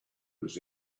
was